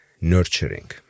nurturing